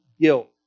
guilt